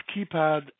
keypad